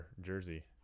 jersey